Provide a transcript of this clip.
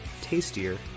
tastier